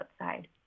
outside